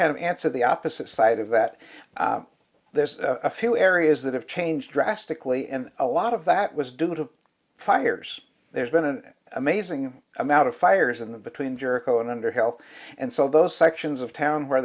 kind of answer the opposite side of that there's a few areas that have changed drastically and a lot of that was due to fires there's been an amazing amount of fires in the between jericho and under help and so those sections of town where